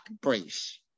brace